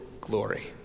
glory